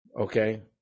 Okay